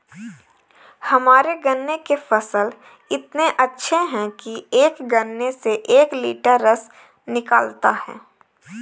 हमारे गन्ने के फसल इतने अच्छे हैं कि एक गन्ने से एक लिटर रस निकालता है